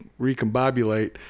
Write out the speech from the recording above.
recombobulate